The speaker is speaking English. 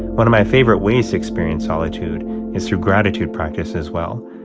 one of my favorite ways to experience solitude is through gratitude practice as well,